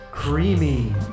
Creamy